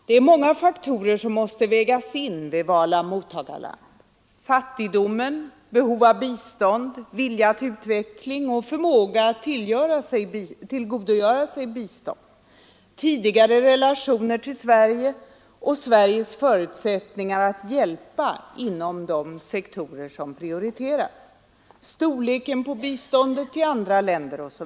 Det är många faktorer som måste vägas in vid val av mottagarland: fattigdomen, behovet av bistånd, vilja till utveckling och förmåga att tillgodogöra sig bistånd, tidigare relationer till Sverige och Sveriges förutsättningar att hjälpa inom de sektorer som prioriteras, storleken på biståndet från andra länder etc.